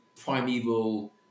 primeval